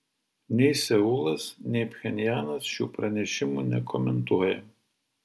nei seulas nei pchenjanas šių pranešimų nekomentuoja